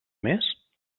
més